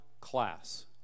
class